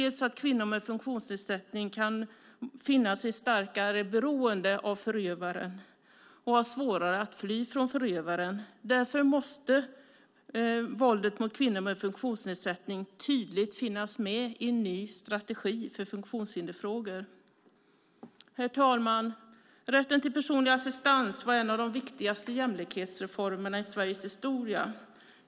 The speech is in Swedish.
Kvinnor med funktionsnedsättning kan vara i starkare beroende av förövaren och ha svårare att fly från förövaren. Därför måste våldet mot kvinnor med funktionsnedsättning tydligt finnas med i en ny strategi för funktionshindersfrågor. Herr talman! Rätten till personlig assistans var en av de viktigaste jämlikhetsreformerna i Sveriges historia.